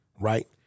right